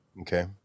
okay